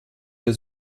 der